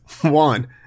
one